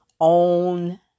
own